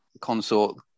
consort